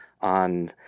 on